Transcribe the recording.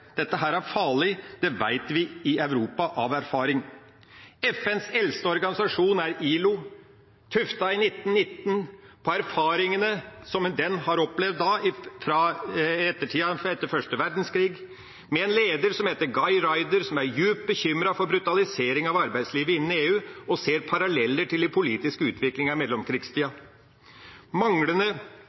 Dette er farlig. Det vet vi i Europa av erfaring. FNs eldste organisasjon er ILO. Den ble stiftet i 1919 og er tuftet på erfaringene og det en opplevde i tida etter første verdenskrig. Organisasjonens leder, Guy Ryder, er dypt bekymret for brutaliseringa av arbeidslivet innen EU og ser paralleller til den politiske utviklinga i mellomkrigstida. Manglende